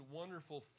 wonderful